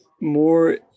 more